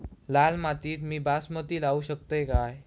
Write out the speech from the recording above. लाल मातीत मी बासमती लावू शकतय काय?